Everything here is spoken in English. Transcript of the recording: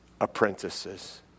apprentices